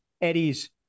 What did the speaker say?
eddie's